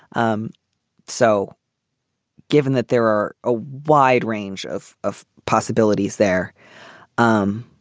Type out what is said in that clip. um so given that there are a wide range of of possibilities there um